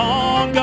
on